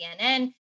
CNN